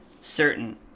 certain